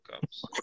Cups